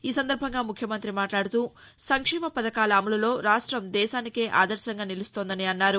ఈ సందర్బంగా ముఖ్యమంత్రి మాట్లాడుతూ సంక్షేమ పథకాల అమలులో రాష్టం దేశానికే ఆదర్శంగా నిలుస్తుందని అన్నారు